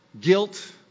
Guilt